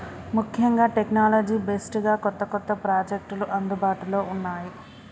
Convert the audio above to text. ముఖ్యంగా technology based గా కొత్త కొత్త ప్రాజెక్టులు అందుబాటులో ఉన్నాయి